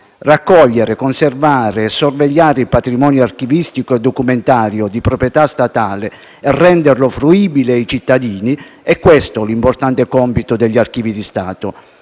Raccogliere, conservare e sorvegliare il patrimonio archivistico e documentario di proprietà statale e renderlo fruibile ai cittadini: è questo l'importante compito degli Archivi di Stato.